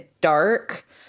dark